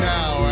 Now